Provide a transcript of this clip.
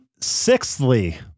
Sixthly